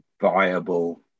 viable